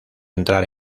entrar